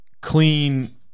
clean